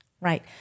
Right